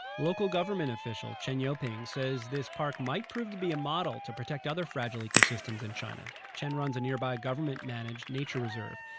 local government official chen youping says this park might prove to be a model to protect other fragile ecosystems in china. chen runs a nearby government-managed nature reserve.